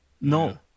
no